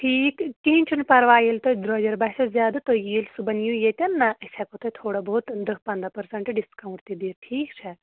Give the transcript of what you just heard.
ٹھیٖک کِہیٖنٛۍ چھُنہٕ پَرواے ییٚلہِ تۅہہِ درٛۅجر باسٮ۪و زیادٕ تُہۍ ییٚلہِ صُحِس یِیِو ییٚتٮ۪ن نا أسۍ ہٮ۪کو تۅہہِ تھورا بہت دَہ پنٛداہ پٔرسٛٹ ڈِسکاوُنٛٹ تہِ دِتھ ٹھیٖک چھا